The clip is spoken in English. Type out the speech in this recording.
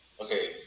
Okay